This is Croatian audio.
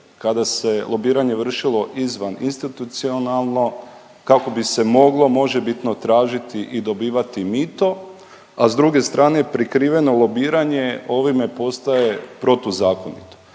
kada se lobiranje vršilo izvan institucionalno kako bi se moglo možebitno tražiti i dobivati mito, a s druge strane prikriveno lobiranje ovime postaje protuzakonito.